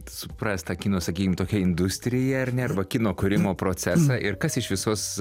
suprast tą kino sakykim tokią industriją ar ne arba kino kūrimo procesą ir kas iš visos